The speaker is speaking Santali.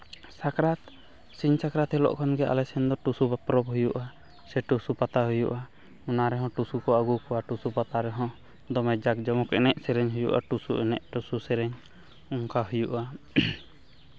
ᱥᱟᱠᱨᱟᱛ ᱥᱤᱧ ᱥᱟᱠᱨᱟᱛ ᱦᱤᱞᱳᱜ ᱠᱷᱚᱱ ᱜᱮ ᱟᱞᱮ ᱥᱮᱫ ᱫᱚ ᱴᱩᱥᱩ ᱯᱚᱨᱚᱵᱽ ᱦᱩᱭᱩᱜᱼᱟ ᱥᱮ ᱴᱩᱥᱩ ᱯᱟᱛᱟ ᱦᱩᱭᱩᱜᱼᱟ ᱚᱱᱟ ᱨᱮ ᱦᱚᱸ ᱴᱩᱥᱩ ᱠᱚ ᱟᱹᱜᱩ ᱠᱚᱣᱟ ᱴᱩᱥᱩ ᱯᱟᱛᱟ ᱨᱮ ᱦᱚᱸ ᱫᱚᱢᱮ ᱡᱟᱠᱡᱚᱢᱚᱠ ᱮᱱᱮᱡ ᱥᱮᱨᱮᱧ ᱦᱩᱭᱩᱜᱼᱟ ᱴᱩᱥᱩ ᱮᱱᱮᱡ ᱴᱩᱥᱩ ᱥᱮᱨᱮᱧ ᱚᱱᱠᱟ ᱦᱩᱭᱩᱜᱼᱟ